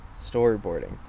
storyboarding